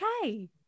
okay